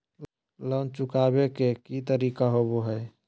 Loan चुकाबे के की तरीका होबो हइ?